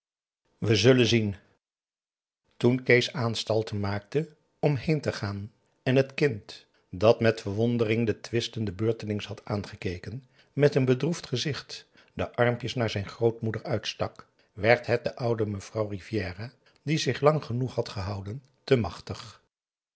wij zullen zien toen kees aanstalten maakte om heen te gaan en het kind dat met verwondering de twistenden beurtelings had aangekeken met een bedroefd gezicht de armpjes naar zijn grootmoeder uitstak werd het de oude mevrouw rivière die zich lang goed had gehouden te machtig